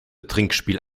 trinkspiel